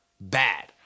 bad